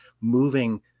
moving